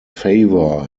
favor